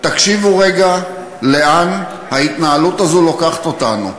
תקשיבו רגע לאן ההתנהלות הזאת לוקחת אותנו.